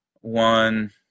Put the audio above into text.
One